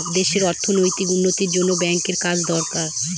দেশে অর্থনৈতিক উন্নতির জন্য ব্যাঙ্কের কাজ দরকার